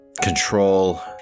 control